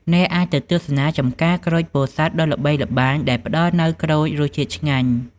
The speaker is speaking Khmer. អ្នកអាចទៅទស្សនាចម្ការក្រូចពោធិ៍សាត់ដ៏ល្បីល្បាញដែលផ្តល់នូវក្រូចរសជាតិឆ្ងាញ់។